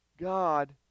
God